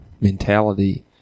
mentality